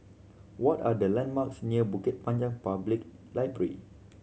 what are the landmarks near Bukit Panjang Public Library